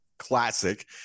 classic